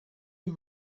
you